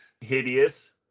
hideous